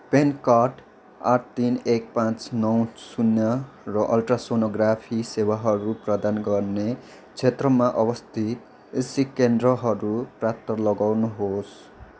पेनकोड आठ तिन एक पाँच नौ शून्य र अल्ट्रासोनोग्राफी सेवाहरू प्रदान गर्ने क्षेत्रमा अवस्थित ईसी केन्द्रहरू पत्ता लगाउनुहोस्